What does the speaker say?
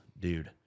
Dude